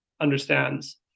understands